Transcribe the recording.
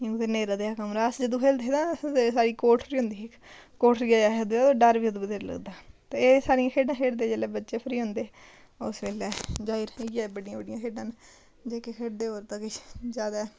न्हेरा जेहा कमरा अस जदूं खेलदे हे ते अस ते साढ़ी कोठरी होंदी ही कोठरियै अस डर बी अदूं बत्थेरा लगदा हा ते एह् सारियां खेढां खेढदे जेल्लै बच्चे फ्री होंदे उस बेल्लै ज्यादातर इ'यै खेढां बड्डियां बड्डियां खेढां न जेह्के खेढदे होर ते किश ज्यादा